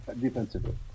defensively